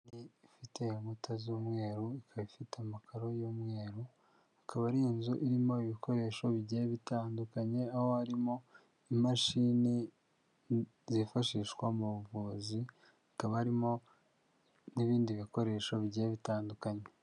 Iteye inkuta z'umweru, ikaba ifite amakaro y'umweru akaba ari inzu irimo ibikoresho bigiye bitandukanye aho harimo imashini zifashishwa mu buvuzi hakaba harimo n'ibindi bikoresho bigiye bitandukanye.